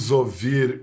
ouvir